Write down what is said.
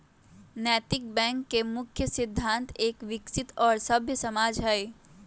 नैतिक बैंक के मुख्य सिद्धान्त एक विकसित और सभ्य समाज हई